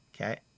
Okay